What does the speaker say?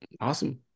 awesome